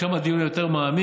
שם יהיה הדיון יותר מעמיק,